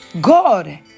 God